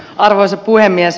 arvoisa puhemies